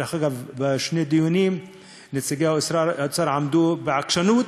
דרך אגב, בשני דיונים נציגי האוצר עמדו בעקשנות,